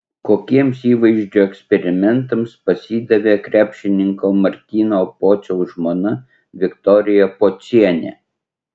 kokiems įvaizdžio eksperimentams pasidavė krepšininko martyno pociaus žmona viktorija pocienė